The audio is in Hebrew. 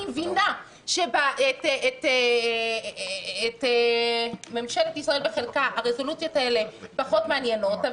אני מבינה שאת ממשלת ישראל בחלקה הרזולוציות האלה פחות מעניינות,